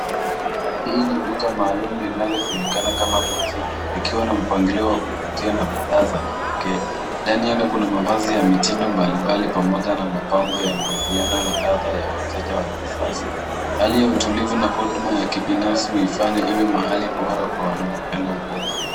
Hii ni duka maalum linalojulikana kama boutique likiwa na mpangilio wa kuvutia na bidhaa za kipekee ndani yake kuna mavazi ya mitindo mbalimbali pamoja na mapambo yanayowiana na ladha ya wateja hali ya utulivu na huduma ya kibinafsi huifanya iwe mahali bora kwa wanaopenda ubora.